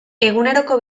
eguneroko